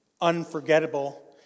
unforgettable